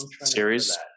series